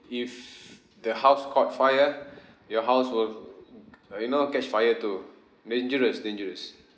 if the house caught fire your house will you know catch fire too dangerous dangerous